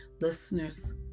Listeners